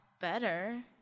better